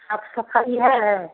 साफ सफाई है